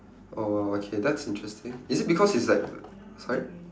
oh !wow! okay that's interesting is it because it's like sorry